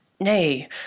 Nay